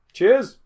Cheers